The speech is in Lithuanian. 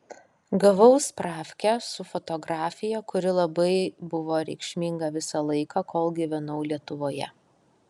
gavau spravkę su fotografija kuri labai buvo reikšminga visą laiką kol gyvenau lietuvoje